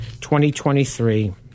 2023